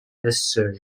missouri